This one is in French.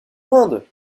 rende